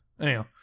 Anyhow